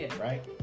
right